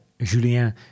Julien